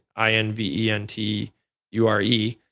i n v e n t u r e,